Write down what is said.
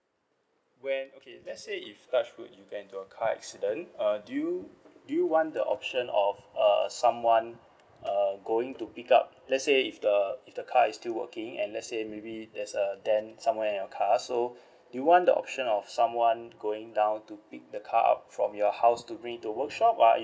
when okay let's say if touch wood you get into a car accident uh do you do you want the option of uh someone uh going to pick up let's say if the if the car is still working and let's say maybe there's a dent somewhere in your car so do you want the option of someone going down to pick the car up from your house to bring to workshop or are